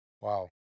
Wow